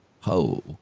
ho